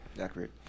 Accurate